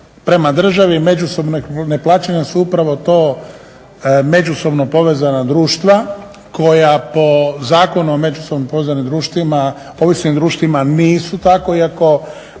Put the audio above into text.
prema državi međusobnog neplaćanja su upravo to međusobno povezna društva koja po zakonu o međusobno povezanim društvima, ovisnim